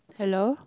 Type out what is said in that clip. hello